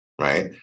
right